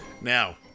Now